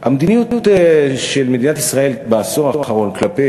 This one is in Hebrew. המדיניות של מדינת ישראל בעשור האחרון כלפי